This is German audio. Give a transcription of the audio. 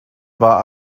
war